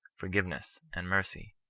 forgiveness, and mercy.